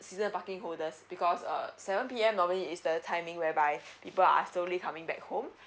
season parking holders because uh seven P_M normally is the timing whereby people are slowly coming back home